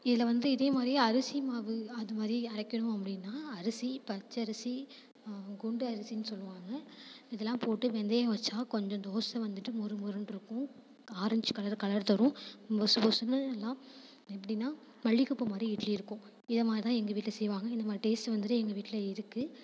இதில் வந்து இதேமாதிரியே அரிசி மாவு அதுமாதிரி அரைக்கணும் அப்படின்னா அரிசி பச்சரிசி குண்டு அரிசின்னு சொல்லுவாங்க இதெல்லாம் போட்டு வெந்தயம் வைச்சா கொஞ்சம் தோசை வந்துட்டு மொறு மொறுனிருக்கும் ஆரஞ்சி கலர் கலர் தரும் நம்ம சுட சுட எல்லாம் எப்படின்னா மல்லிகை பூ மாதிரி இட்லி இருக்குது இது மாதிரிதான் எங்கள் வீட்டில் செய்வாங்க இந்த மாதிரி டேஸ்டு வந்துட்டு எங்கள் வீட்டில் இருக்குது